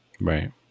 Right